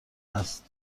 هست